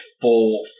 full